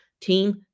team